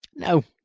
no,